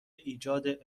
ایجاد